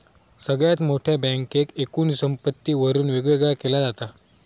सगळ्यात मोठ्या बँकेक एकूण संपत्तीवरून वेगवेगळा केला जाता